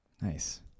Nice